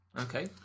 Okay